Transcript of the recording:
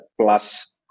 plus